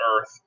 earth